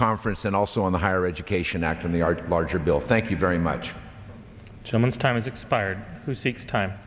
conference and also on the higher education act in the our larger bill thank you very much so much time has expired who seeks time